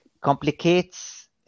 complicates